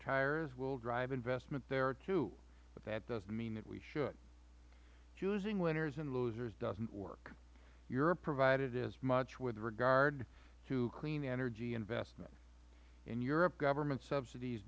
tires we will drive investment there too but that doesn't mean that we should choosing winners and losers doesn't work europe proved as much with regard to clean energy investment in europe government subsidies